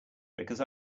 because